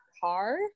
car